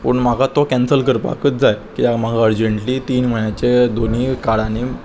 पूण म्हाका तो कॅन्सल करपाकच जाय किद्याक म्हाका अर्जंटली तीन म्हयन्याचे दोनी काडांनी